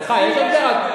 לך יש עמדה?